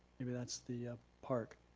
maybe that's the park.